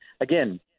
again